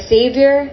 Savior